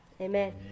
Amen